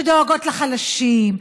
שדואגות לחלשים,